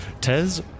Tez